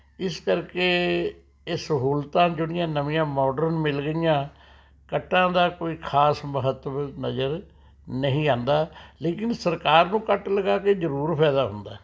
ਇਸ ਕਰਕੇ ਇਹ ਸਹੂਲਤਾਂ ਜਿਹੜੀਆਂ ਨਵੀਆਂ ਮੋਡਰਨ ਮਿਲ ਰਹੀਆਂ ਕੱਟਾਂ ਦਾ ਕੋਈ ਖ਼ਾਸ ਮਹੱਤਵ ਨਜ਼ਰ ਨਹੀਂ ਆਂਦਾ ਲੇਕਿਨ ਸਰਕਾਰ ਨੂੰ ਕੱਟ ਲਗਾ ਕੇ ਜ਼ਰੂਰ ਫਾਇਦਾ ਹੁੰਦਾ